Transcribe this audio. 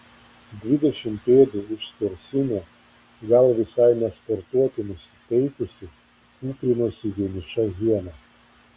dvidešimt pėdų už skersinio gal visai ne sportuoti nusiteikusi kūprinosi vieniša hiena